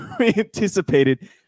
anticipated